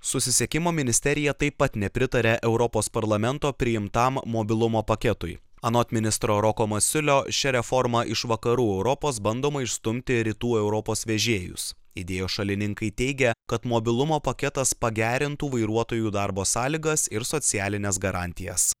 susisiekimo ministerija taip pat nepritaria europos parlamento priimtam mobilumo paketui anot ministro roko masiulio šia reforma iš vakarų europos bandoma išstumti rytų europos vežėjus idėjos šalininkai teigia kad mobilumo paketas pagerintų vairuotojų darbo sąlygas ir socialines garantijas